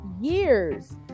years